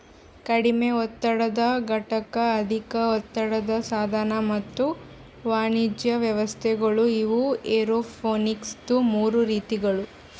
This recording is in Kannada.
ಕಡಿಮೆ ಒತ್ತಡದ ಘಟಕ, ಅಧಿಕ ಒತ್ತಡದ ಸಾಧನ ಮತ್ತ ವಾಣಿಜ್ಯ ವ್ಯವಸ್ಥೆಗೊಳ್ ಇವು ಏರೋಪೋನಿಕ್ಸದು ಮೂರು ರೀತಿಗೊಳ್